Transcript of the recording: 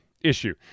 issue